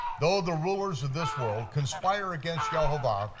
though the rulers of this world conspire against yehovah,